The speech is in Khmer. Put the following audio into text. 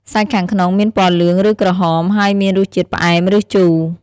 សាច់ខាងក្នុងមានពណ៌លឿង ឬក្រហម ហើយមានរសជាតិផ្អែម ឬជូរ។